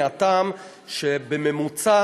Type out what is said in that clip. מהטעם שבממוצע